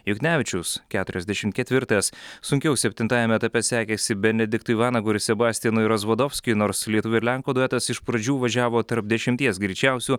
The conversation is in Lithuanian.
juknevičius keturiasdešim ketvirtas sunkiau septintajam etape sekėsi benediktui vanagui ir sebastijanui rozvadovskiui nors lietuvio ir lenko duetas iš pradžių važiavo tarp dešimties greičiausių